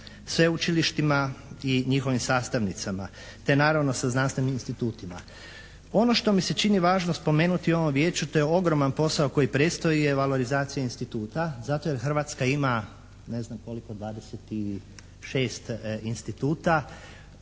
sveučilištima i njihovim sastavnicama te naravno sa znanstvenim institutima. Ono što mi se čini važno spomenuti o ovom vijeću, to je ogroman posao koji predstoji … instituta zato jer Hrvatska ima neznam koliko 26 instituta.